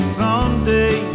someday